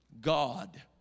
God